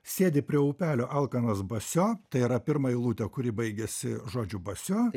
sėdi prie upelio alkanas basio tai yra pirma eilutė kuri baigiasi žodžiu basio